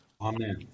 Amen